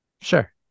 Sure